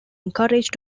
encouraged